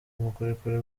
ubukorikori